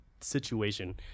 situation